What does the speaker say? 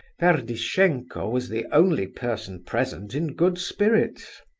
ferdishenko was the only person present in good spirits.